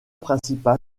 principale